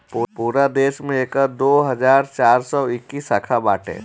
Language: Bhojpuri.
पूरा देस में एकर दो हज़ार चार सौ इक्कीस शाखा बाटे